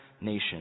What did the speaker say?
nation